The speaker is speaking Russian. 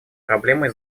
проблемой